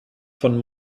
von